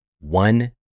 one